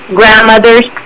grandmothers